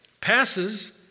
passes